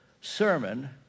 sermon